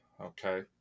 okay